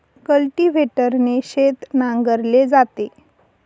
कल्टिव्हेटरने शेत नांगरले जाते